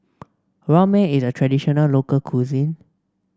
ramen is a traditional local cuisine